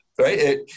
Right